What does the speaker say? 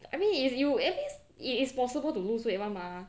I mean if you I mean it is possible to lose weight [one] mah